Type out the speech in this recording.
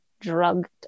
drugged